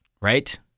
right